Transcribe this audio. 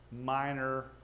minor